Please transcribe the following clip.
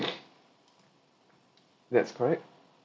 that's correct